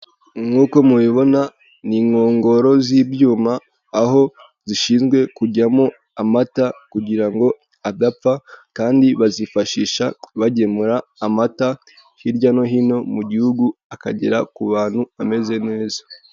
nk'uko mubibona ni inkongoro z'ibyuma aho zishinzwe kujyamo amata kugira ngo agapfa kandi bazifashisha bagemura amata hirya no hino mu gihugu akagera ku bantu ameze neza.